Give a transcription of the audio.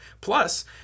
Plus